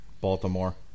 Baltimore